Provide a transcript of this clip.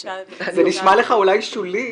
זה נשמע לך אולי שולי.